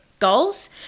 goals